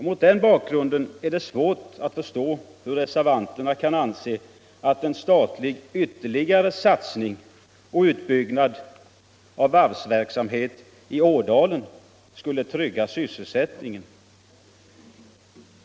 Mot den bakgrunden är det svårt att förstå hur reservanterna kan anse att en statlig ytterligare satsning och utbyggnad av varvsverksamhet i Ådalen skulle trygga sysselsättningen.